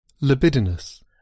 Libidinous